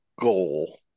goal